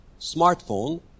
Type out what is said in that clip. smartphone